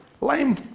Lame